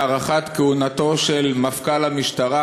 בהארכת כהונתו של מפכ"ל המשטרה,